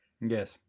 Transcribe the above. yes